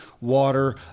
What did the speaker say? water